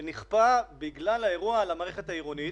שנכפה בגלל האירוע על המערכת העירונית,